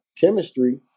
chemistry